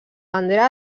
bandera